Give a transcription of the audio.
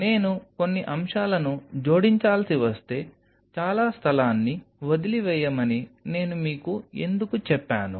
నేను కొన్ని అంశాలను జోడించాల్సి వస్తే చాలా స్థలాన్ని వదిలివేయమని నేను మీకు ఎందుకు చెప్పాను